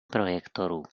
projektoru